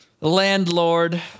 Landlord